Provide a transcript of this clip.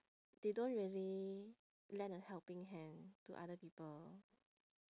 they don't really lend a helping hand to other people